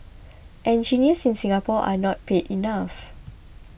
engineers in Singapore are not paid enough